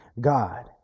God